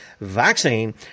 vaccine